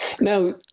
Now